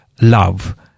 love